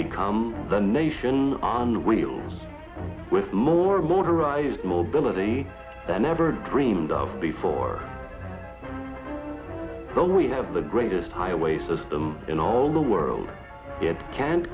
become the nation on wheels with more motorized mobility that never dreamed of before so we have the greatest highway system in all the world yet can